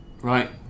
Right